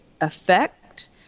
effect